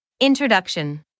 Introduction